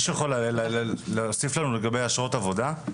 מישהו יכול להוסיף לנו לגבי אשרות עבודה?